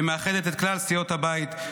שמאחדת את כלל סיעות הבית.